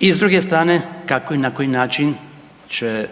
I s druge strane kako i na koji način će